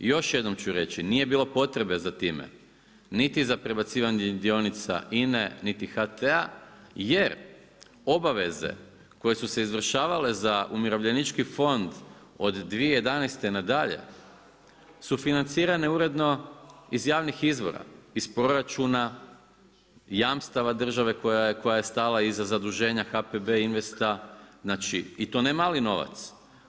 Još jednom ću reći nije bilo potrebe za time, niti za prebacivanja dionica INA-e niti HT-a jer obaveze koje su se izvršavale za Umirovljenički fond od 2011. na dalje su financirane uredno iz javnih izvora iz proračuna, jamstava države koja je stala iza zaduženja HPB Investa i to ne mali novac.